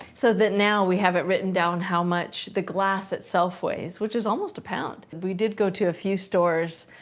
so, that now we have it written down how much the glass itself weighs, which is almost a pound. and we did go to a few stores,